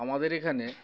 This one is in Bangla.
আমাদের এখানে